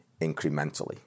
incrementally